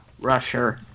Russia